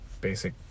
basic